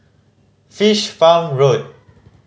Fish Farm Road